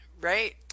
Right